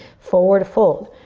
forward fold.